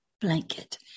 blanket